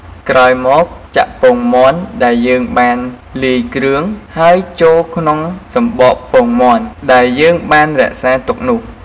ក្រោយមក ចាក់ពងមាន់ដែលយើងបានលាយគ្រឿងហើយចូលក្នុងសំបកពងមាន់ដែលយើងបានរក្សាទុកនោះ។